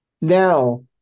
now